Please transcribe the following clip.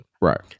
Right